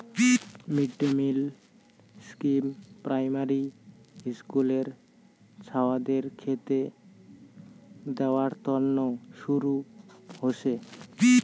mid day meal scheme primary হিস্কুলের ছাওয়াদের খেতে দেয়ার তন্ন শুরু হসে